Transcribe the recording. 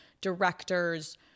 directors